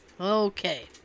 Okay